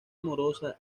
amorosa